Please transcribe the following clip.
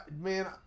Man